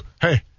hey